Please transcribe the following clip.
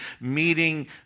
meeting